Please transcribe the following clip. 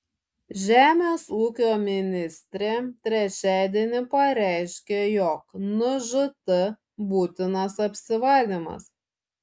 žemės ūkio ministrė trečiadienį pareiškė jog nžt būtinas apsivalymas